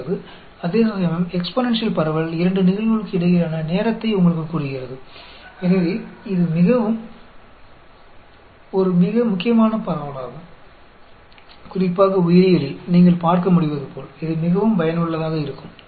इसलिए यदि हम इसे जनवरी से देखते हैं तो उस दुर्घटना को होने में कितना समय लगेगा या जब हम फरवरी को देखेंगे तो कितना समय लगेगा यह वही होगा